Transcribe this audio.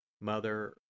Mother